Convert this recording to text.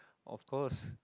of course